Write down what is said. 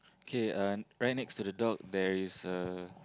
okay uh right next to the dog there is a